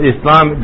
Islam